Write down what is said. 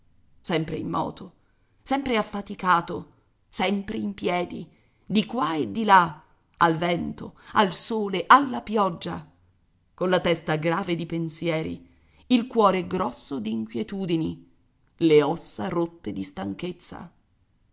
sempre in moto sempre affaticato sempre in piedi di qua e di là al vento al sole alla pioggia colla testa grave di pensieri il cuore grosso d'inquietudini le ossa rotte di stanchezza